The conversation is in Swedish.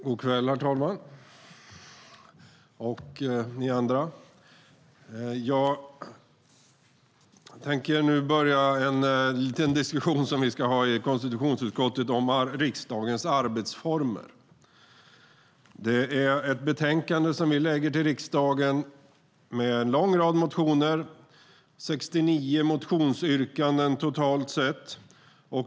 God kväll, herr talman, och ni andra! Jag tänker nu börja en liten diskussion som vi i konstitutionsutskottet ska ha om riksdagens arbetsformer. Det är ett betänkande som vi lägger till riksdagen som behandlar en lång rad motioner. Det är 69 motionsyrkanden totalt sett.